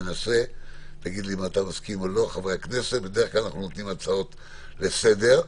בדרך כלל אנחנו מאפשרים לחברי הכנסת להתחיל בהצעות לסדר.